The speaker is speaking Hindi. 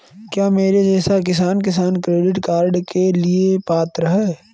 क्या मेरे जैसा किसान किसान क्रेडिट कार्ड के लिए पात्र है?